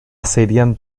serían